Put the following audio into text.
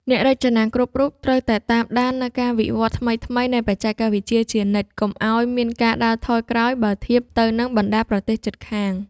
អ្នករចនាគ្រប់រូបត្រូវតែតាមដាននូវការវិវឌ្ឍថ្មីៗនៃបច្ចេកវិទ្យាជានិច្ច កុំឱ្យមានការដើរថយក្រោយបើធៀបទៅនឹងបណ្តាប្រទេសជិតខាង។